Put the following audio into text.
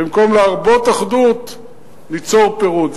ובמקום להרבות אחדות ניצור פירוד.